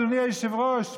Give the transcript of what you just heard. אדוני היושב-ראש,